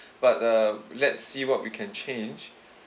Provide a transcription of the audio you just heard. but uh let's see what we can change